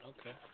Okay